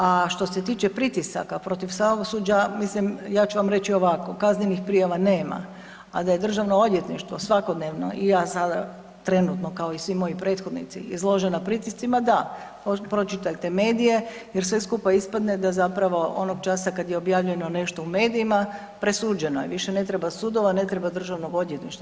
A što se tiče pritisaka protiv pravosuđa mislim ja ću vam reći ovako, kaznenih prijava nema, a da je državno odvjetništvo svakodnevno i ja sada trenutno kao i svi moji prethodnici izložena pritiscima da, pročitajte medije jer sve skupa ispadne da zapravo onog časa kad je objavljeno nešto u medijima presuđeno je, više ne treba sudova, ne treba državnog odvjetništva.